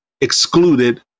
excluded